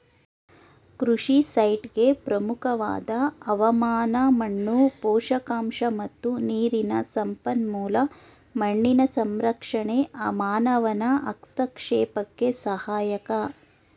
ಕೃಷಿ ಸೈಟ್ಗೆ ಪ್ರಮುಖವಾದ ಹವಾಮಾನ ಮಣ್ಣು ಪೋಷಕಾಂಶ ಮತ್ತು ನೀರಿನ ಸಂಪನ್ಮೂಲ ಮಣ್ಣಿನ ಸಂರಕ್ಷಣೆ ಮಾನವನ ಹಸ್ತಕ್ಷೇಪಕ್ಕೆ ಸಹಾಯಕ